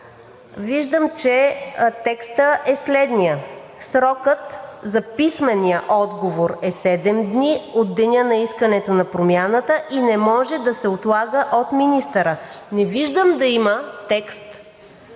Виждам, че текстът е следният: „Срокът за писмения отговор е 7 дни от деня на искането на промяната и не може да се отлага от министъра.“ Не виждам да има текст